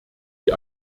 die